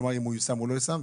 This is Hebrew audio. כלומר אם הוא יושם או לא יושם?